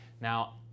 Now